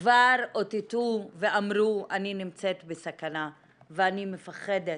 כבר אותתו ואמרו אני נמצאת בסכנה ואני מפחדת